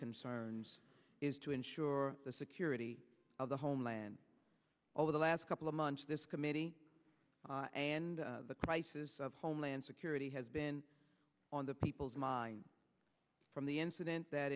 concerns is to ensure the security of the homeland over the last couple of months this committee and the crisis of homeland security has been on the people's mind from the incident that